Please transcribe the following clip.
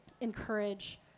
encourage